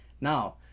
now